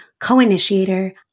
co-initiator